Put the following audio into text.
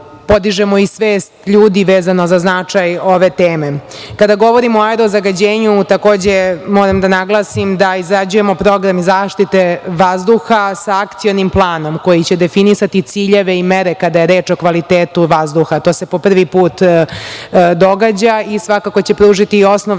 i svest ljudi vezano za značaj ove teme.40/3 GD/CGKada govorimo o aerozagađenju, takođe moram da naglasim da izrađujemo program zaštite vazduha sa akcionim planom koji će definisati ciljeve i mere kada je reč o kvalitetu vazduha. To se po prvi put događa i svakako će pružiti i osnov za